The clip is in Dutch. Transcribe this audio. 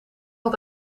had